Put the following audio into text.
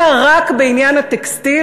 אלא רק בעניין הטקסטיל,